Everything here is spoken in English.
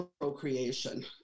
procreation